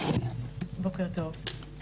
בוקר טוב.